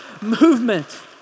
movement